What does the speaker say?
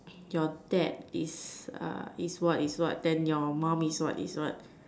your dad is uh is what is what then your mum is what is what